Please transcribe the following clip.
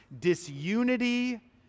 disunity